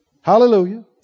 Hallelujah